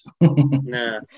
no